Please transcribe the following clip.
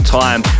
time